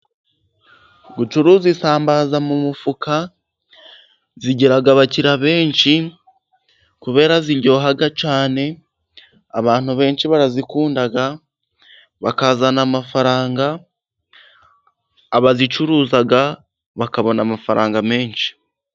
Gucuruza isambaza mu mufuka zigira abakiriya benshi kubera ko ziryoha cyane abantu benshi barazikunda bakazana amafaranga abazicuruza bakabona amafaranga menshi.